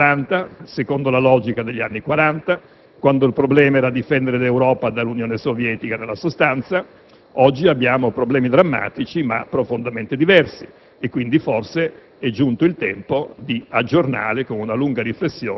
In questo dibattito è aleggiato un problema di fondo che certo non risolveremo oggi e non risolveremo da soli. È un problema che spesso solleva proprio il senatore Andreotti, che è un padre fondatore della NATO: